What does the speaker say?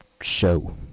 show